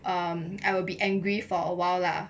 um I will be angry for awhile lah